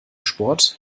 sport